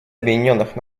объединенных